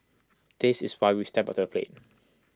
this is why we've stepped up to the plate